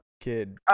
kid